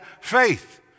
faith